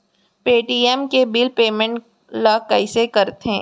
Paytm के bill payment ल कइसे करथे?